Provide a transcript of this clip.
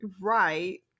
Right